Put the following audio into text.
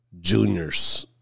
Junior's